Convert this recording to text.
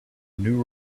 new